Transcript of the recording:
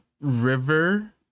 River